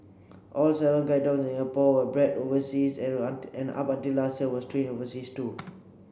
all seven guide dogs in Singapore were bred overseas and and up until last year were trained overseas too